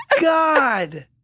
god